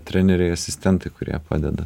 treneriai asistentai kurie padeda